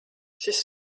siis